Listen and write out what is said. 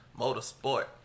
Motorsport